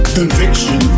conviction